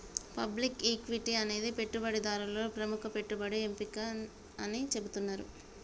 public equity అనేది పెట్టుబడిదారులలో ప్రముఖ పెట్టుబడి ఎంపిక అని చెబుతున్నరు